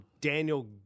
Daniel